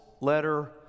letter